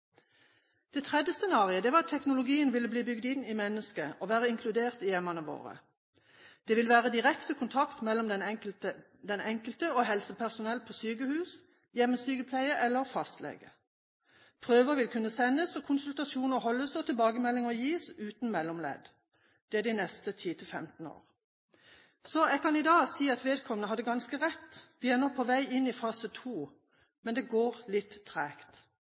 Det tredje scenarioet var at teknologien ville bygges inn i mennesket og være inkludert i hjemmene våre. Det ville være direkte kontakt mellom den enkelte og helsepersonell på sykehus, hjemmesykepleie eller fastlege. Prøver ville kunne sendes, konsultasjoner holdes og tilbakemeldinger gis uten mellomledd. Det er de neste 10–15 år. Så jeg kan i dag si at vedkommende hadde ganske rett; vi er nå på vei inn i fase to. Men det går litt tregt.